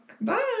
Bye